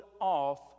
off